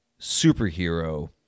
superhero